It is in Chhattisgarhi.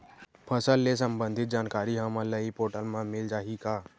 फसल ले सम्बंधित जानकारी हमन ल ई पोर्टल म मिल जाही का?